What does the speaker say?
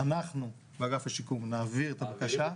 אנחנו באגף השיקום נעביר את הבקשה.